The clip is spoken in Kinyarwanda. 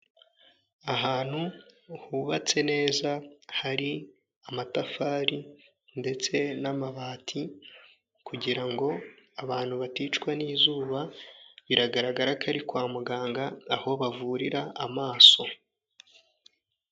Ahantu hubatse neza hari amatafari ndetse n'amabati kugira ngo abantu baticwa n'izuba biragaragara ko ari kwa muganga aho bavurira amaso.